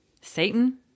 Satan